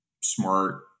smart